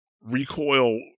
recoil